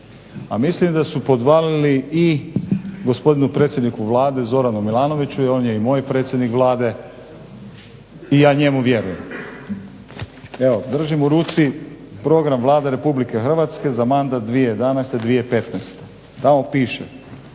a mislim da su podvalili i gospodinu predsjedniku Vlade Zoranu Milanoviću i on je i moj predsjednik Vlade i ja njemu vjerujem. Evo držim u ruci Program Vlade RH za mandat 2011—2015., tamo piše: